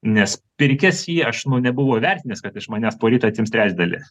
nes pirkęs jį aš nebuvau įvertinęs kad iš manęs poryt atims trečdalį